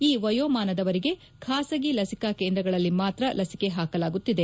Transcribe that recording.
ಈ ವಯೋಮಾನದವರಿಗೆ ಖಾಸಗಿ ಲಸಿಕಾ ಕೇಂದ್ರಗಳಲ್ಲಿ ಮಾತ್ರ ಲಸಿಕೆ ಹಾಕಲಾಗುತ್ತಿದೆ